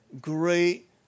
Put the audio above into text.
great